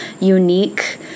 unique